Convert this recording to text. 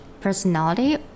personality